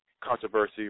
Controversy